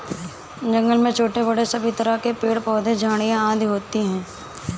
जंगल में छोटे बड़े सभी तरह के पेड़ पौधे झाड़ियां आदि होती हैं